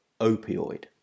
opioid